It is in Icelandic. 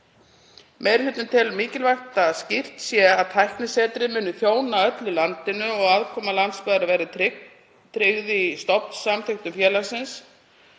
Meiri hlutinn telur mikilvægt að skýrt sé að tæknisetrið muni þjóna öllu landinu og aðkoma landsbyggðar verði tryggð í stofnsamþykktum félagsins.